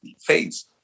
phase